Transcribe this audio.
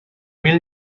mil